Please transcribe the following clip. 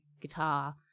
guitar